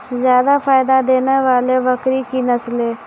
जादा फायदा देने वाले बकरी की नसले?